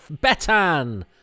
Betan